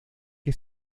que